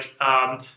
right